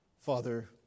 Father